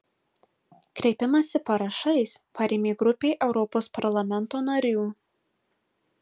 kreipimąsi parašais parėmė grupė europos parlamento narių